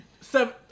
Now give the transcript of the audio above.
seven